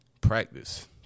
practice